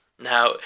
Now